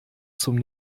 zum